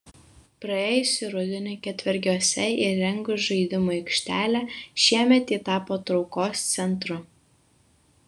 praėjusį rudenį ketvergiuose įrengus žaidimų aikštelę šiemet ji tapo traukos centru